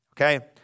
Okay